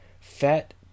fat